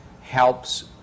helps